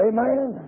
Amen